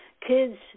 Kids